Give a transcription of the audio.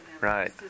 right